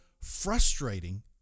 frustrating